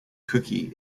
cookie